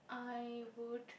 I would